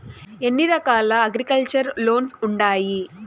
ఎన్ని రకాల agriculture loans ఉండాయి